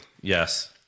Yes